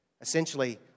Essentially